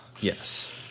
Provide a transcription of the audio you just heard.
Yes